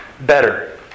better